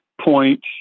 point